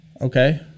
Okay